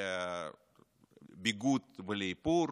לביגוד ולאיפור,